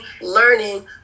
learning